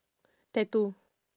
tattoo